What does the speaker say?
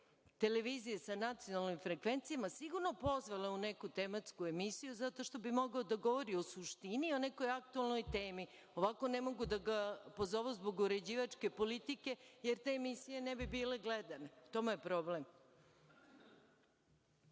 televizije sa nacionalnim frekvencijama sigurno pozvale u neku tematsku emisiju, zato što bi mogao da govori o suštini, o nekoj aktuelnoj temi. Ovako ne mogu da ga pozovu zbog uređivačke politike, jer te emisije ne bi bile gledane. U tome je problem.